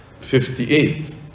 58